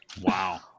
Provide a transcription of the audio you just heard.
Wow